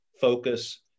focus